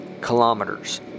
kilometers